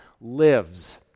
lives